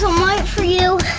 so light for you.